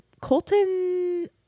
Colton